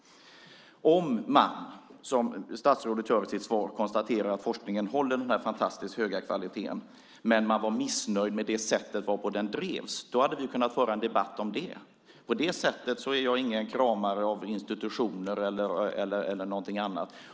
Om man, som statsrådet gjorde i sitt svar, konstaterar att forskningen håller denna fantastiskt höga kvalitet, men man är missnöjd med det sätt varpå den drevs, kunde vi föra en debatt om det. Jag är ingen kramare av institutioner eller annat.